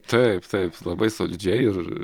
taip taip labai solidžiai ir